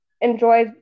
enjoy